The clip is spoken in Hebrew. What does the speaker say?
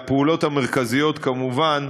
הפעולות המרכזיות, כמובן,